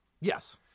Yes